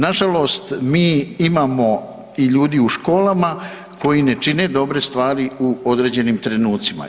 Nažalost, mi imamo i ljudi u školama koji ne čine dobre stvari u određenim trenucima.